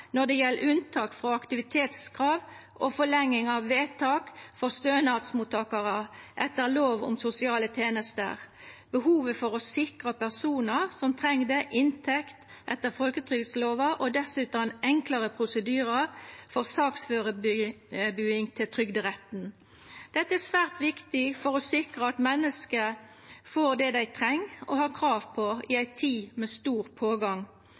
når det gjeld unntak frå aktivitetskrav og forlenging av vedtak for stønadsmottakarar etter lov om sosiale tjenester, behovet for å sikra personar som treng inntekt etter folketrygdlova, og dessutan enklare prosedyrar for saksførebuing til Trygderetten. Dette er svært viktig for å sikra at menneske får det dei treng og har krav på i ei tid med stor pågang.